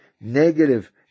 negative